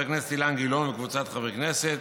הכנסת אילן גילאון וקבוצת חברי הכנסת,